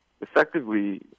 effectively